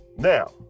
Now